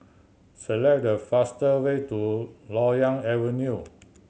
select the faster way to Loyang Avenue